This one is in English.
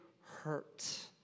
hurt